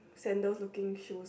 sandals looking shoes